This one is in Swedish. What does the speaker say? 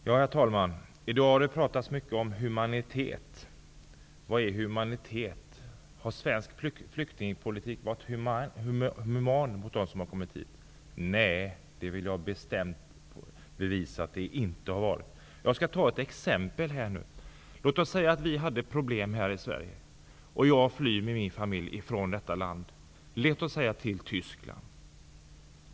Herr talman! Det har pratats mycket om humanitet i dag. Vad är humanitet? Har svensk flyktingpolitik varit human mot dem som kommit hit? Nej, det vill jag bestämt påstå att den inte har varit. Jag skall ge ett exempel. Låt oss säga att vi har problem här i Sverige och att jag flyr med min familj härifrån -- låt oss säga till Tyskland.